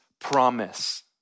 promise